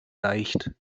reicht